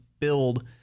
build